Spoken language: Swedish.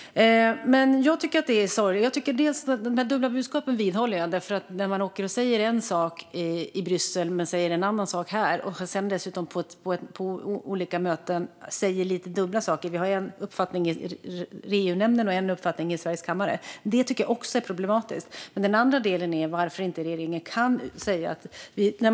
Jag tycker att det är sorgligt. Att det är dubbla budskap vidhåller jag. Man säger en sak i Bryssel men en annan sak här och dessutom lite dubbla saker på olika möten. Vi har en uppfattning i EU-nämnden och en uppfattning i riksdagens kammare. Det tycker jag också är problematiskt. Den andra frågan är varför regeringen inte kan säga detta.